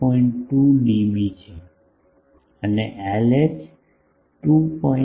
2 DB છે અને LH 2